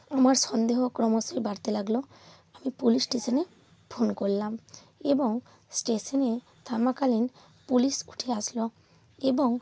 আমার সন্দেহ ক্রমশই বাড়তে লাগল আমি পুলিশ স্টেশনে ফোন করলাম এবং স্টেশনে থামাকালীন পুলিশ উঠে আসলো এবং